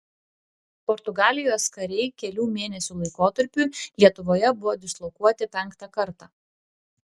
portugalijos kariai kelių mėnesių laikotarpiui lietuvoje buvo dislokuoti penktą kartą